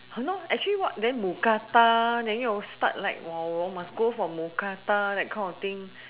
no actually what then mookata then you all start like !wow! must for mookata that kind of thing